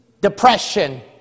depression